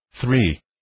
three